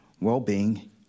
well-being